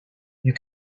you